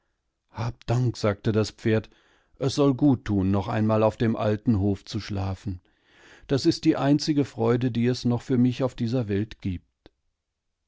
hab dank sagte das pferd es soll gut tun noch einmal auf dem alten hof zu schlafen das ist die einzige freude die es noch für mich auf dieser welt gibt